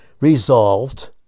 resolved